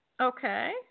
Okay